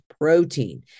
protein